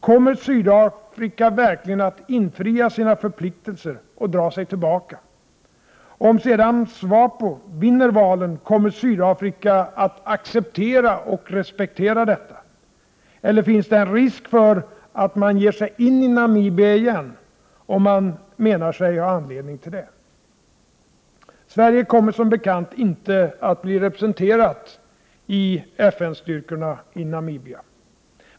Kommer Sydafrika verkligen att infria sina förpliktelser och dra sig tillbaka? Och om sedan SWAPO vinner valen, kommer Sydafrika att acceptera och respektera detta? Eller finns det en risk för att man ger sig in i Namibia igen, om man menar sig ha anledning till det? Sverige kommer som bekant inte att bli representerat i FN-styrkorna i Namibia.